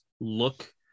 look